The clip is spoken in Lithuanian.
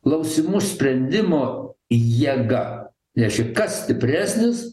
klausimų sprendimo jėga nes šiaip kas stipresnis